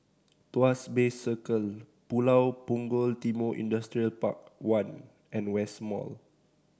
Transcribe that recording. Tuas Bay Circle Pulau Punggol Timor Industrial Park One and West Mall